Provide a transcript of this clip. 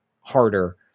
harder